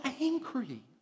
angry